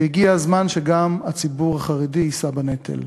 והגיע הזמן שגם הציבור החרדי יישא בנטל.